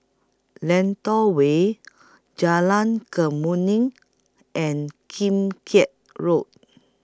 Lentor Way Jalan Kemuning and Kim Keat Road